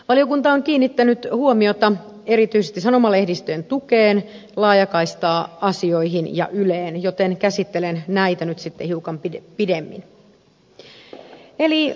valiokunta on kiinnittänyt huomiota erityisesti sanomalehdistön tukeen laajakaista asioihin ja yleen joten käsittelen näitä nyt sitten hiukan pidemmin